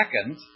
second